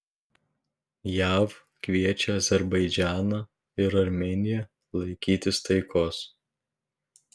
jav kviečia azerbaidžaną ir armėniją laikytis taikos